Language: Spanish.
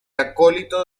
acólito